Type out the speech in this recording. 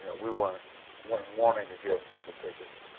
we weren't weren't wanting to give people tickets.